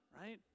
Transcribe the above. right